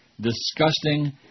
disgusting